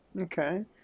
okay